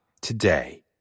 today